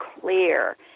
clear